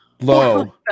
low